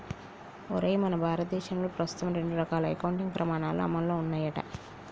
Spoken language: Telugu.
ఒరేయ్ మన భారతదేశంలో ప్రస్తుతం రెండు రకాల అకౌంటింగ్ పమాణాలు అమల్లో ఉన్నాయంట